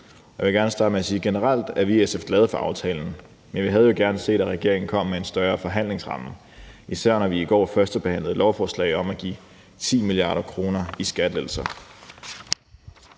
Jeg vil gerne starte med at sige, at generelt er vi i SF glade for aftalen, men vi havde jo gerne set, at regeringen var kommet med en større forhandlingsramme, især når vi i går førstebehandlede et lovforslag om at give 10 mia. kr. i skattelettelser.